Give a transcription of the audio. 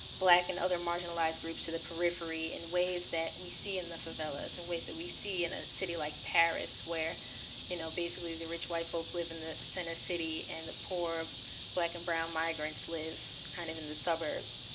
black, and other marginalized groups to the periphery in ways that we see in the favelas. in and ways that we see in a city like paris, where you know basically, the rich white folks live in the center city, and the poor black and brown migrants live kind of in the suburbs.